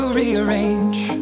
rearrange